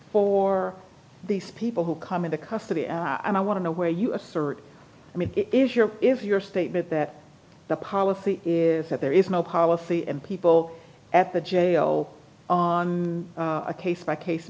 for these people who come into custody and i want to know where you assert i mean if you're if your statement that the policy is that there is no policy and people at the jail on a case by case